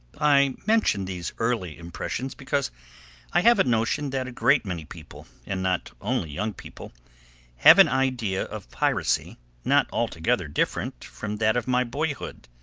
i mention these early impressions because i have a notion that a great many people and not only young people have an idea of piracy not altogether different from that of my boyhood.